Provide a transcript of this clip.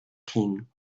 king